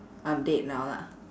update now lah